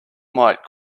might